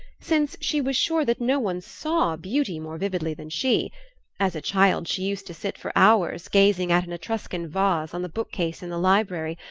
since she was sure that no one saw beauty more vividly than she as a child she used to sit for hours gazing at an etruscan vase on the bookcase in the library,